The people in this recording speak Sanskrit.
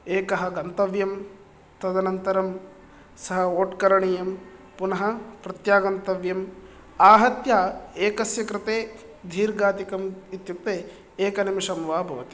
एकः गन्तव्यं तदनन्तरं सः वोट् करणीयं पुनः प्रत्यागन्तव्यम् आहत्य एकस्य कृते दीर्घादिकम् इत्युक्ते एकनिमिषं वा भवति